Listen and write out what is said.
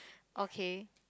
okay